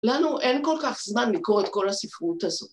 לנו אין כל כך זמן לקרוא את כל הספרות הזאת.